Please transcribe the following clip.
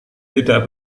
tidak